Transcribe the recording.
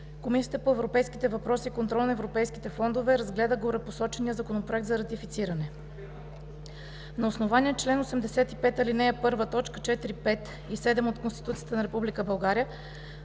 Комисията по европейските въпроси и контрол на европейските фондове разгледа горепосочения Законопроект за ратифициране. На основание 4л. 85, ал. 1, т. 4, 5 и 7 от Конституцията на